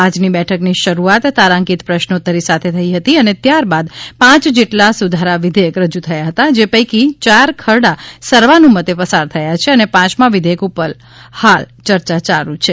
આજની બેઠક ની શરૂઆત તારાંકિત પ્રશ્નોતરી સાથે થઈ હતી અને ત્યાર બાદ પાંચ જેટલા સુધારા વિઘેયક રજૂ થયા હતા જે પૈકી ચાર ખરડા સવાનુમતે પસાર થયા છે અને પાંયમા વિધેયક ઉપર ચર્ચા હાલ ચાલુ છે